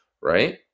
right